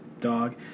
dog